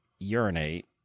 urinate